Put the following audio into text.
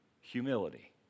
Humility